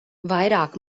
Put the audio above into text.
vairāk